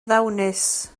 ddawnus